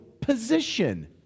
position